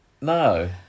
No